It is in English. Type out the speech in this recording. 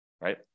right